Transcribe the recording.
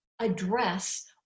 address